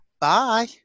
Bye